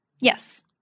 Yes